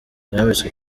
yambitswe